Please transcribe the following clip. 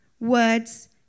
words